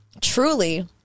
truly